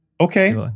Okay